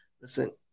listen